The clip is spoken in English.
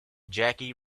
jackie